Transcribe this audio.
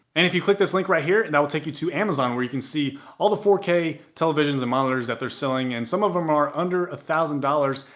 if you click this link right here, that will take you to amazon where you can see all the four k televisions and monitors that they're selling. and some of them are under a thousand dollars.